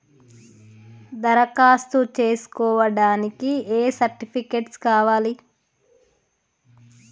దరఖాస్తు చేస్కోవడానికి ఏ సర్టిఫికేట్స్ కావాలి?